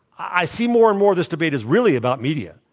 i see more and more this debate is really about media.